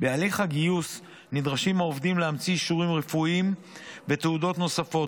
בהליך הגיוס נדרשים העובדים להמציא אישורים רפואיים ותעודות נוספות,